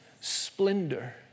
splendor